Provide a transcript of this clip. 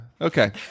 okay